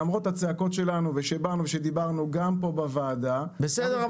למרות הצעקות שלנו ושבאנו ודיברנו גם פה בוועדה --- בסדר,